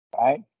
Right